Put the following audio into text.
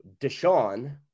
Deshaun